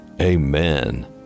amen